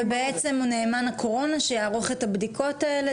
ובעצם נאמן הקורונה שיערוך את הבדיקות האלה,